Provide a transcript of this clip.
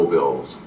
Bill's